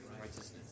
Righteousness